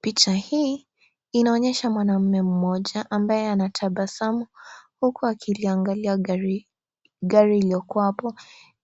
Picha hii inaongesha mwanaume moja ambaye anatabasamu huku akiliangalia gari iliyokua hapo